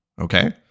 Okay